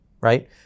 right